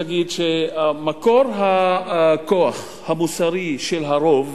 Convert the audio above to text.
להגיד שמקור הכוח המוסרי של הרוב